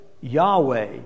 Yahweh